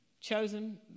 chosen